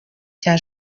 cya